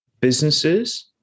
businesses